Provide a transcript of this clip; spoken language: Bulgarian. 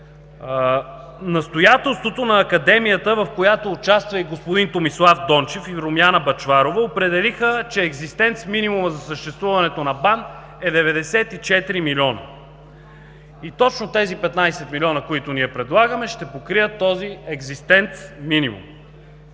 Настоятелството на Академията, в което участват господин Томислав Дончев и Румяна Бъчварова, определиха, че екзистенц-минимумът за съществуването на БАН е 94 млн. лв. Точно тези 15 млн. лв., които ние предлагаме, ще покрият този екзистенц-минимум.